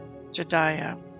Jediah